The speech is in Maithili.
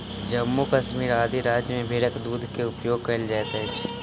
जम्मू कश्मीर आदि राज्य में भेड़क दूध के उपयोग कयल जाइत अछि